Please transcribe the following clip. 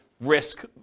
risk